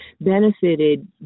benefited